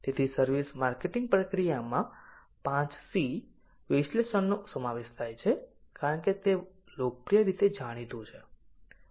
તેથી service marketing પ્રક્રિયામાં 5C 0440 વિશ્લેષણનો સમાવેશ થાય છે કારણ કે તે લોકપ્રિય રીતે જાણીતું છે